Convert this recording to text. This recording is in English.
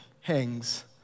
hangs